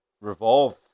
revolve